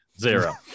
Zero